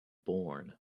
born